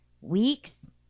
Weeks